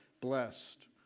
blessed